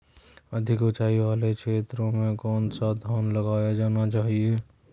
अधिक उँचाई वाले क्षेत्रों में कौन सा धान लगाया जाना चाहिए?